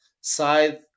side